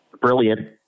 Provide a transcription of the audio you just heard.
brilliant